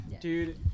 Dude